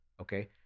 okay